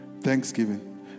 Thanksgiving